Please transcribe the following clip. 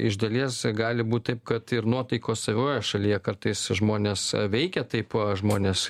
iš dalies gali būt taip kad ir nuotaikos savoje šalyje kartais žmones veikia taip žmonės